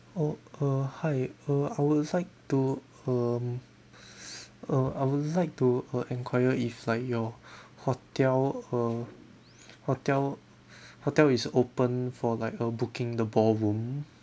oh uh hi uh I would like to um uh I would like to uh enquire if like your hotel uh hotel hotel is opened for like a booking the ballroom